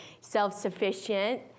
self-sufficient